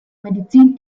medizin